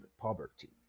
poverty